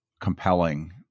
compelling